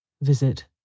Visit